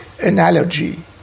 analogy